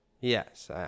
Yes